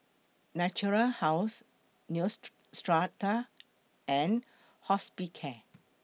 Natura House Neostrata and Hospicare